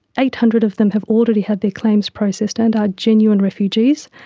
eight hundred of them have already had their claims processed and are genuine refugees.